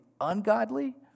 ungodly